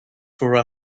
for